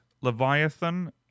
Leviathan